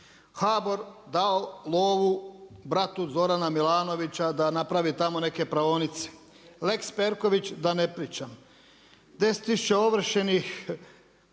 HBOR dao lovu bratu Zorana Milanovića da napravi tamo neke praonice, lex Perković da ne pričam, 10 tisuća ovršenih